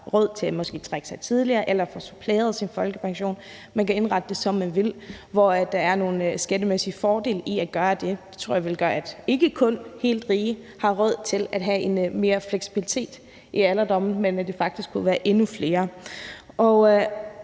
råd til måske at trække sig tilbage tidligere eller få suppleret sin folkepension – man kan indrette sig, som man vil – og hvor der ville være nogle skattemæssige fordele ved at gøre det. Det tror jeg ville gøre at ikke kun de helt rige ville have råd til at have mere fleksibilitet i alderdommen, men at det faktisk kunne være endnu flere.